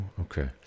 okay